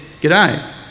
G'day